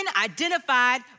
identified